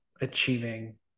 achieving